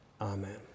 amen